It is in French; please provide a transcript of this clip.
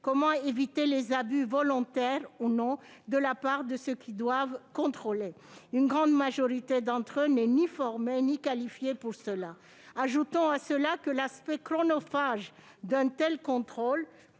Comment éviter les abus, volontaires ou non, de la part de ceux qui devront effectuer ces contrôles ? Une grande majorité d'entre eux ne sont ni formés ni qualifiés pour ce faire. Ajoutons à cela l'aspect chronophage d'un tel contrôle,